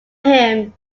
him